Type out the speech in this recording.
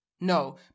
no